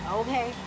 okay